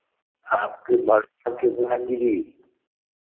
आपके जी